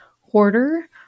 hoarder